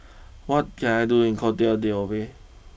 what can I do in Cote D'Ivoire